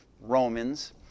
Romans